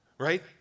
right